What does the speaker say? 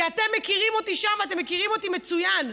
כי אתם מכירים אותי שם, ואתם מכירים אותי מצוין,